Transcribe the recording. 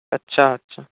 अच्छा अच्छा